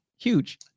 Huge